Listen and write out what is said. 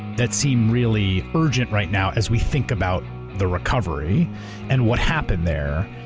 that seems really urgent right now as we think about the recovery and what happened there.